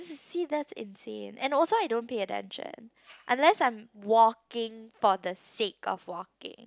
see that's insane and also I don't pay attention unless I'm walking for the sake of walking